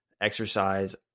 exercise